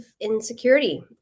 insecurity